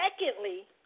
secondly